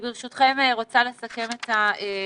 ברשותכם, אני רוצה לסכם את הדיון.